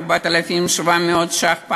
4,700 ש"ח,